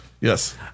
Yes